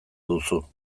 duzu